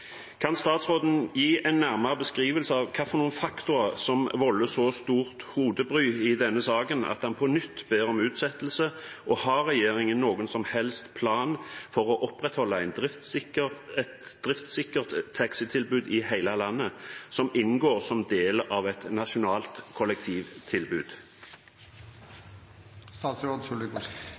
Kan statsråden gi en nærmere beskrivelse av hvilke faktorer som volder så stort hodebry i denne saken at han på nytt ber om utsettelse, og har regjeringen noen som helst plan for å opprettholde et driftssikkert taxitilbud i hele landet som inngår som del av et nasjonalt